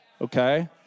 okay